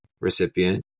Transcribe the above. recipient